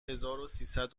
هزاروسیصد